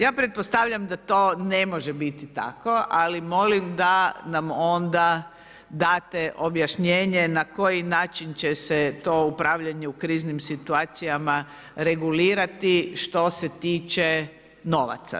Ja pretpostavljam da to ne može biti tako ali molim da nam onda date objašnjenje na koji način će se to upravljanje u kriznim situacijama regulirati što se tiče novaca.